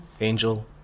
Angel